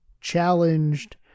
challenged